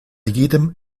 jedem